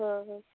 হ্যাঁ হ্যাঁ